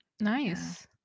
Nice